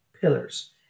pillars